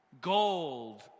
Gold